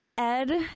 ed